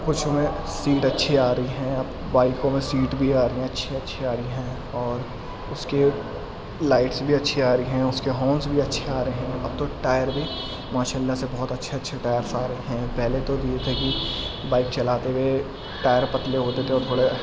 کچھ میں سیٹ اچھی آ رہی ہیں اب بائکوں میں سیٹ بھی آ رہی ہیں اچھی اچھی آ رہی ہیں اور اس کے لائٹس بھی اچھی آ رہی ہیں اس کے ہارنس بھی اچھے آ رہے ہیں اب تو ٹائر بھی ماشاء اللہ سے بہت اچھے اچھے ٹائرس آ رہے ہیں پہلے تو دیر تک ہی بائک چلاتے ہوئے ٹائر پتلے ہوتے تھے اور تھوڑے